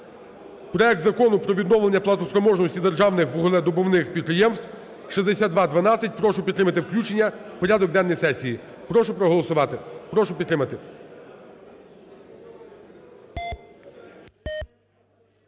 Проект Закону про відновлення платоспроможності державних вугледобувних підприємств (6212) прошу підтримати включення в порядок денний сесії. Прошу проголосувати, прошу підтримати.